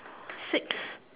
six